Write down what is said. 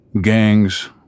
gangs